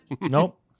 nope